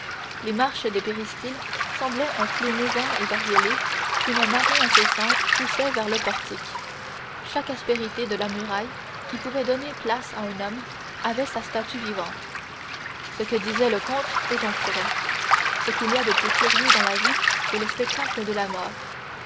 les marches des péristyles semblaient un flot mouvant et bariolé qu'une marée incessante poussait vers le portique chaque aspérité de la muraille qui pouvait donner place à un homme avait sa statue vivante ce que disait le comte est donc vrai ce qu'il y a de plus curieux dans la vie est le spectacle de la mort